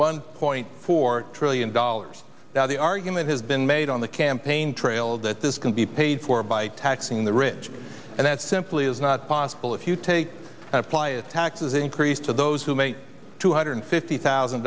one point four trillion dollars now the argument has been made on the campaign trail that this can be paid for by taxing the rich and that simply is not possible if you take and apply a tax increase to those who make two hundred fifty thousand